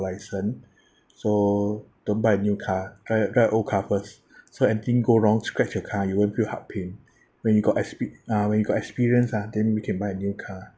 license so don't buy a new car drive a drive a old car first so anything go wrong scratch your car you won't feel heart pain when you got expe~ uh when you got experience ah then we can buy a new car